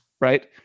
right